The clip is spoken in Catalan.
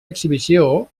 exhibició